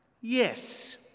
Yes